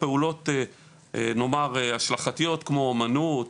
פעולות השלכתיות כמו אומנות,